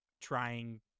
trying